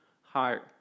higher